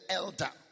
elder